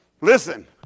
Listen